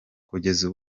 kugeza